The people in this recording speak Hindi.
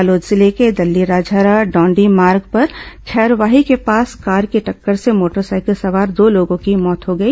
बालोद जिले के दल्लीराजहरा डौण्डी मार्ग पर खैरवाही के पास कार की टक्कर से मोटरसाइकिल सवार दो लोगों की मौत हो गई